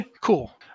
Cool